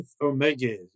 Omega